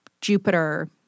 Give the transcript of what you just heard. Jupiter